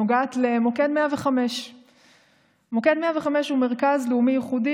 נוגעת למוקד 105. מוקד 105 הוא מרכז לאומי ייחודי